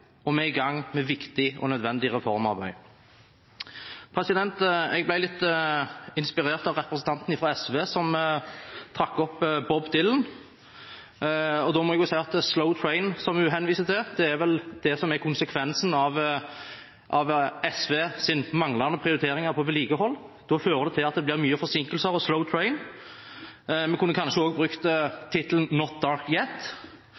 er i gang med viktig og nødvendig reformarbeid. Jeg ble litt inspirert av representanten fra SV, som trakk fram Bob Dylan, for «Slow train», som hun henviste til, er vel det som er konsekvensen av SVs manglende prioritering av vedlikehold. Det fører til at det blir mange forsinkelser og «Slow train». Vi kunne kanskje også brukt